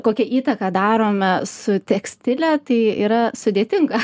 kokią įtaką darome su tekstilę tai yra sudėtinga